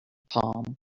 palm